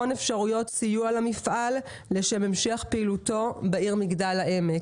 אפשרויות סיוע למפעל לשם המשך פעילותו בעיר מגדל העמק.